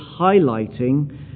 highlighting